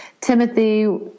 Timothy